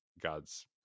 God's